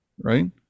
right